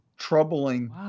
troubling